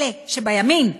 אלה שבימין,